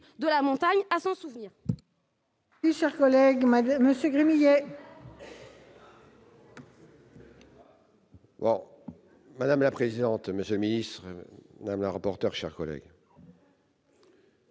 de la montagne à s'en souvenir.